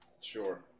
sure